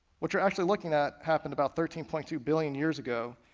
what you're actually looking at happened about thirteen point two billion years ago,